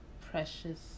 precious